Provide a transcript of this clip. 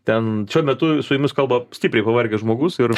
ten šiuo metu su jumis kalba stipriai pavargęs žmogus ir